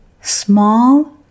small